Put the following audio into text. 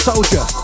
Soldier